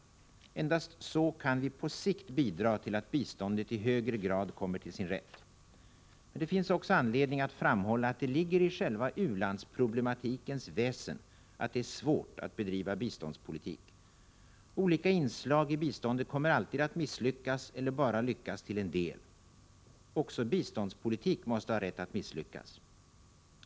Endast så kan vi på sikt bidra till att biståndet i högre grad kommer till sin rätt. Men det finns också anledning att framhålla att det ligger i själva u-landsproblematikens väsen att det är svårt att bedriva biståndspolitik. Olika inslag i biståndet kommer alltid att misslyckas eller bara lyckas till en del. Också biståndspolitik måste ha rätt att misslyckas.